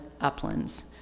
uplands